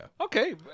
Okay